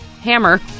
Hammer